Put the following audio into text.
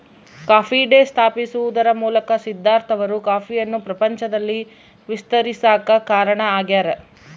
coffee day ಸ್ಥಾಪಿಸುವದರ ಮೂಲಕ ಸಿದ್ದಾರ್ಥ ಅವರು ಕಾಫಿಯನ್ನು ಪ್ರಪಂಚದಲ್ಲಿ ವಿಸ್ತರಿಸಾಕ ಕಾರಣ ಆಗ್ಯಾರ